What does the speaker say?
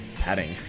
padding